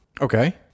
Okay